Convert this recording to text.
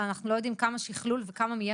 אבל אנחנו לא יודעים כמה שכלול וכמה תהיה